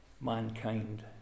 mankind